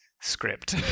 script